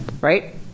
right